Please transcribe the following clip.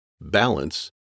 balance